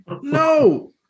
no